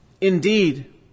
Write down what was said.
Indeed